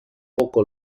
poco